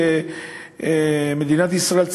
כמדינת ישראל,